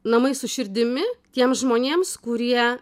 namai su širdimi tiems žmonėms kurie